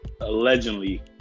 allegedly